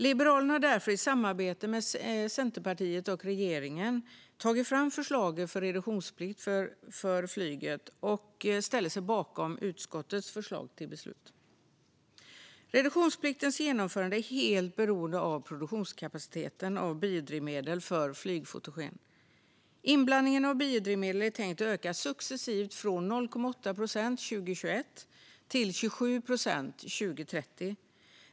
Liberalerna har därför i samarbete med Centerpartiet och regeringen tagit fram förslaget om reduktionsplikt för flyget och ställer oss bakom utskottets förslag till beslut. Reduktionspliktens genomförande är helt beroende av produktionskapaciteten av biodrivmedel för flygfotogen. Inblandningen av biodrivmedel är tänkt att öka successivt från 0,8 procent 2021 till 27 procent 2030.